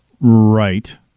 Right